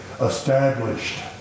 established